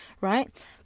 right